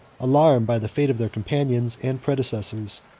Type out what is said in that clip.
alarmed by the fate of their companions and predecessors,